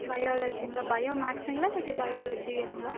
பயாலஜிங்களா பயோமேக்ஸுங்களா இல்லாட்டி பயாலஜிங்களா